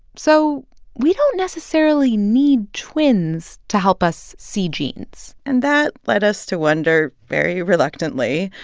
so we don't necessarily need twins to help us see genes and that led us to wonder, very reluctantly,